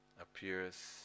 appears